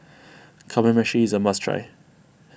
Kamameshi is a must try